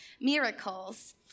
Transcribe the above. Miracles